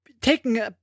taking